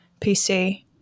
PC